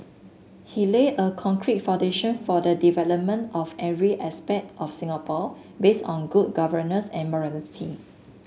he laid a concrete foundation for the development of every aspect of Singapore based on good governance and morality